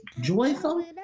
joyful